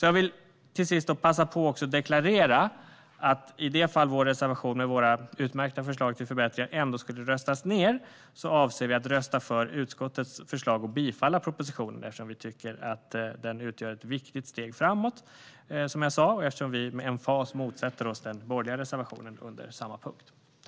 Jag vill till sist passa på att deklarera att i det fall vår reservation med våra utmärkta förslag till förbättringar ändå skulle röstas ned, avser vi att rösta för utskottets förslag att bifalla propositionen, eftersom vi tycker att den utgör ett viktigt steg framåt och eftersom vi med emfas motsätter oss den borgerliga reservationen under samma punkt.